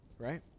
Right